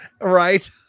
Right